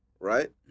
Right